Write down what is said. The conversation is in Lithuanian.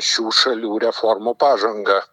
šių šalių reformų pažangą